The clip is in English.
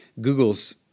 Google's